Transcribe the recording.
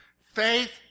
Faith